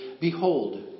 Behold